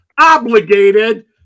obligated